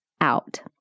out